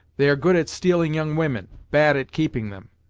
they are good at stealing young women bad at keeping them.